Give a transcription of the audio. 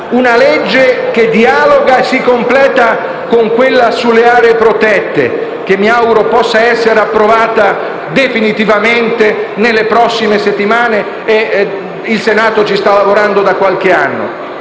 che dialoga e si completa con quella sulle aree protette, che mi auguro possa essere approvata definitivamente nelle prossime settimane e sui il Senato sta lavorando da qualche anno.